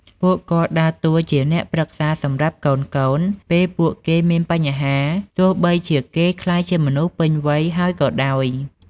ពួកគាត់ដើរតួជាអ្នកប្រឹក្សាសម្រាប់កូនៗ ពេលពួកគេមានបញ្ហា ទោះបីជាគេក្លាយជាមនុស្សពេញវ័យហើយក៏ដោយ។